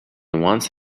once